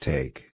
Take